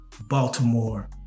Baltimore